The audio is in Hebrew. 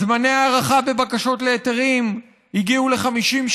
זמני הטיפול בבקשות להיתרים הגיעו ל-50,